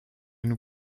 nous